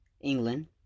England